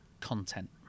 content